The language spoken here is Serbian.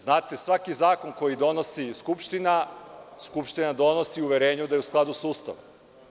Znate, svaki zakon koji donosi Skupština, Skupština donosi u uverenju da je u skladu sa Ustavom.